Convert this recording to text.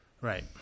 Right